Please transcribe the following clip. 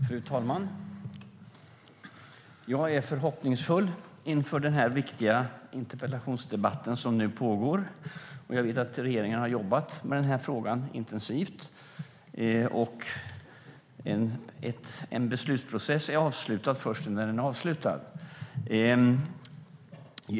Fru talman! Jag är förhoppningsfull inför den viktiga interpellationsdebatt som nu pågår. Jag vet att regeringen har jobbat intensivt med frågan, och en beslutsprocess är avslutad först när den är avslutad.